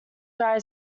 dry